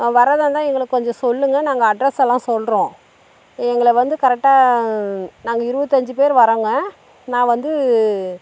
வரதா இருந்தால் எங்களுக்கு கொஞ்சம் சொல்லுங்க நாங்கள் அட்ரெஸெல்லாம் சொல்லுறோம் எங்களை வந்து கரெக்டாக நாங்கள் இருபத்தஞ்சி பேர் வரோங்க நான் வந்து